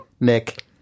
Nick